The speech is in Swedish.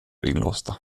inlåsta